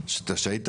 שהיית